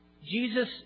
Jesus